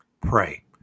Pray